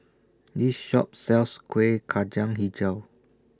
This Shop sells Kueh Kacang Hijau